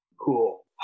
cool